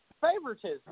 favoritism